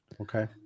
Okay